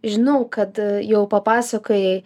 žinau kad jau papasakojai